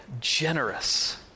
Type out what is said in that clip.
generous